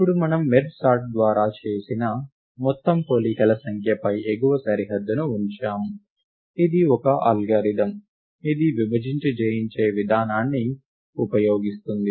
ఇప్పుడు మనము merge sort ద్వారా చేసిన మొత్తం పోలికల సంఖ్యపై ఎగువ సరిహద్దును ఉంచాము ఇది ఒక అల్గోరిథం ఇది విభజించి జయించే విధానాన్ని ఉపయోగిస్తుంది